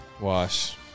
Wash